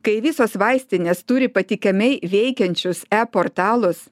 kai visos vaistinės turi patikimai veikiančius e portalus